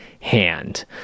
hand